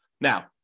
Now